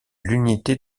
l’unité